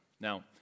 now